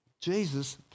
jesus